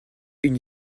une